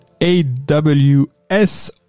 AWS